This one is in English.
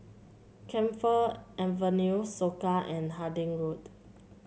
Camphor Avenue Soka and Harding Road